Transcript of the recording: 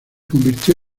convirtió